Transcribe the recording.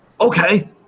Okay